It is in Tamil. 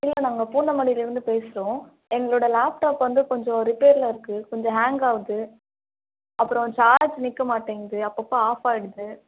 இல்லை நாங்கள் பூந்தமல்லியில் இருந்து பேசுகிறோம் எங்களோட லேப்டாப் வந்து கொஞ்சம் ரிப்பேரில் இருக்குது கொஞ்சம் ஹேங் ஆகுது அப்புறம் சார்ஜ் நிற்க மாட்டேங்குது அப்பப்போ ஆஃப் ஆகிடுது